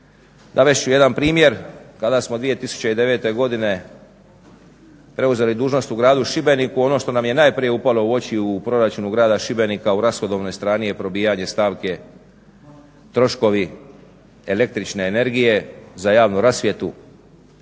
Navest ću jedan primjer – kada smo 2009. godine preuzeli dužnost u gradu Šibeniku ono što nam je najprije upalo u oči u proračunu grada Šibenika u rashodovnoj strani je probijanje stavke troškovi električne energije za javnu rasvjetu.